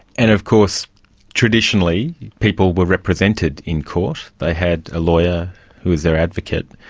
and of course traditionally people were represented in court, they had a lawyer who was their advocate.